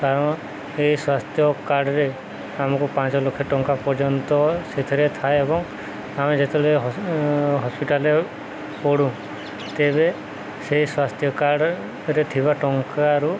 କାରଣ ଏହି ସ୍ୱାସ୍ଥ୍ୟ କାର୍ଡ଼ରେ ଆମକୁ ପାଞ୍ଚ ଲକ୍ଷ ଟଙ୍କା ପର୍ଯ୍ୟନ୍ତ ସେଥିରେ ଥାଏ ଏବଂ ଆମେ ଯେତେବେଳେ ହସ୍ପିଟାଲ୍ରେ ପଡ଼ୁ ତେବେ ସେଇ ସ୍ୱାସ୍ଥ୍ୟ କାର୍ଡ଼ରେ ଥିବା ଟଙ୍କାରୁ